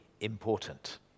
important